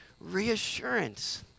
reassurance